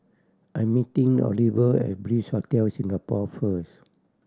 I'm meeting Oliver at Bliss Hotel Singapore first